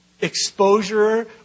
exposure